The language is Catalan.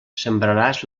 sembraràs